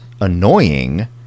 annoying